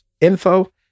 info